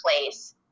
place